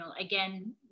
again